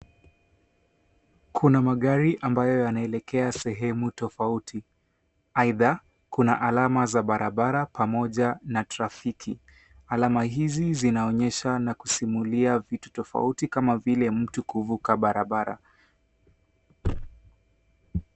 Kuna magari ambayo yanaelekea sehemu tofauti. Aidha, kuna alama za barabara pamoja na trafiki. Alama hizi zinaonyesha na kusimulia vitu tofauti kama vile mtu kuvuka barabara.